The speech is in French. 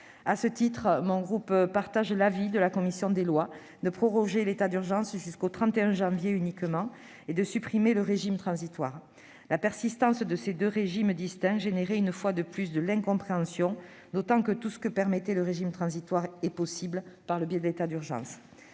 À cet égard, mon groupe partage l'avis de la commission des lois, qui souhaite la prorogation jusqu'au 31 janvier uniquement, et la suppression du régime transitoire. La persistance de ces deux régimes distincts suscitait, une fois de plus, de l'incompréhension, d'autant que tout ce que permettait le régime transitoire est possible dans le cadre de l'état d'urgence.